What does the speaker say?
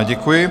Děkuji.